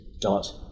dot